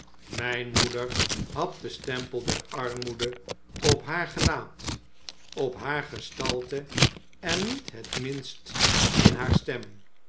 myn moeder had den stempel der armoede op haar gelaat op haar gestalte en niet het minst in haar stem